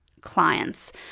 clients